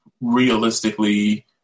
realistically